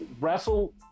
wrestle